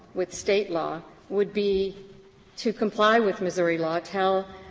with state law, would be to comply with missouri law tell